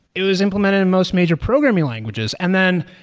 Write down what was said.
it was implemented in most major programming languages. and then,